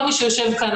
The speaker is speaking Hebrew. כל מי שיושב כאן,